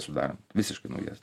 sudarant visiškai naujas